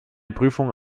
prüfung